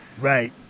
Right